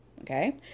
Okay